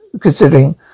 considering